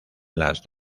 las